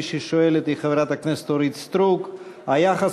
ומי ששואלת היא חברת הכנסת אורית סטרוק: היחס